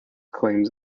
claims